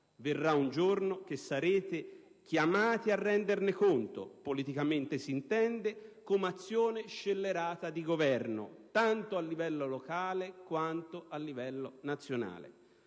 Verrà un giorno che sarete chiamati a renderne conto, politicamente s'intende, come azione scellerata di Governo tanto a livello locale quanto a livello nazionale.